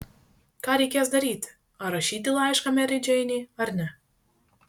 ką reikės daryti ar rašyti laišką merei džeinei ar ne